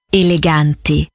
eleganti